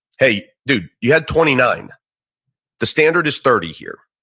hey dude, you had twenty nine the standard is thirty here.